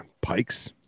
Pikes